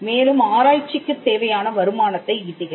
மேலும் ஆராய்ச்சிக்குத் தேவையான வருமானத்தை ஈட்டுகிறது